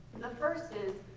the first is,